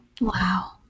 Wow